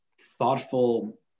thoughtful